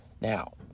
Now